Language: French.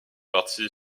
partie